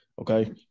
Okay